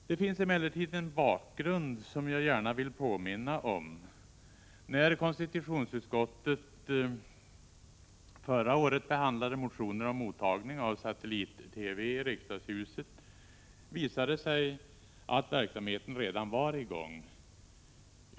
Det finns emellertid en bakgrund, som jag gärna vill påminna om. När konstitutionsutskottet förra året behandlade motioner om mottagning av satellit-TV i riksdagshuset visade det sig att verksamheten redan var i gång.